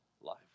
life